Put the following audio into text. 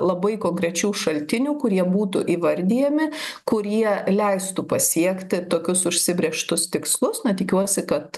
labai konkrečių šaltinių kurie būtų įvardijami kurie leistų pasiekti tokius užsibrėžtus tikslus na tikiuosi kad